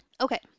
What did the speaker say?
Okay